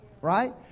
Right